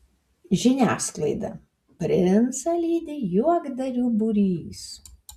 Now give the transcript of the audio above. žiniasklaida princą lydi juokdarių būrys